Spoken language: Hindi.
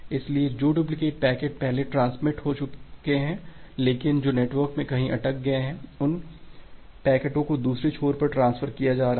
इसलिए जो डुप्लीकेट पैकेट पहले ट्रांसमिट हो चुके हैं लेकिन जो नेटवर्क में कहीं अटक गए हैं अब उन पैकेटों को दूसरे छोर पर ट्रांसफर किया जा रहा है